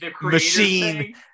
machine